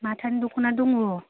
माथानि दख'ना दङ